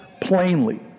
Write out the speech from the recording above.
plainly